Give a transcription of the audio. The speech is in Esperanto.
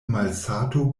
malsato